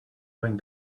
going